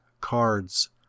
cards